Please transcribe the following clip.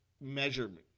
measurement